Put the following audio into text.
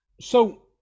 So-